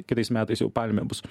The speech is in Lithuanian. kitais metais jau palmė bus